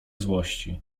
złości